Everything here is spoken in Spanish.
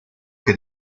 que